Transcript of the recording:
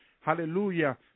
Hallelujah